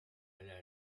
allait